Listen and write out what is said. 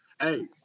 hey